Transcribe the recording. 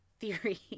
theory